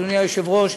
אדוני היושב-ראש,